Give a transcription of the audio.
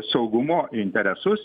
saugumo interesus